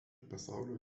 pasaulio